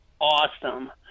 awesome